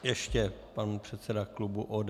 Ještě pan předseda klubu ODS.